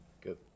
Good